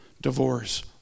divorce